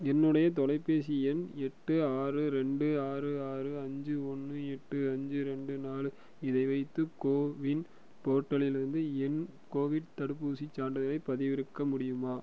என்னுடைய தொலைபேசி எண் எட்டு ஆறு ரெண்டு ஆறு ஆறு அஞ்சு ஒன்று எட்டு அஞ்சு ரெண்டு நாலு இதை வைத்து கோவின் போர்ட்டலிலிருந்து என் கோவிட் தடுப்பூசிச் சான்றிதழைப் பதிவிறக்க முடியுமா